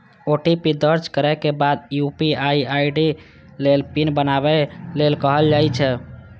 OTP दर्ज करै के बाद यू.पी.आई आई.डी लेल पिन बनाबै लेल कहल जाइ छै